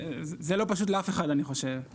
זה לא פשוט לאף אחד, אני חושב.